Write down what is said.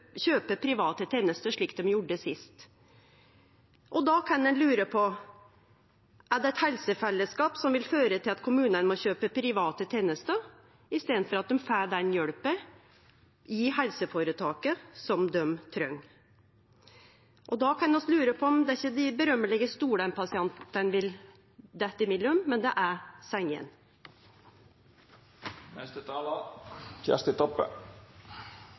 kjøpe private tenester, slik dei gjorde sist. Då kan ein lure på: Er det eit helsefellesskap som vil føre til at kommunane må kjøpe private tenester, i staden for at dei får den hjelpa i helseføretaket som dei treng? Då kan vi lure på om det ikkje er dei berømte stolane pasientane vil dette mellom, men